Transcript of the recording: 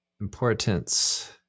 importance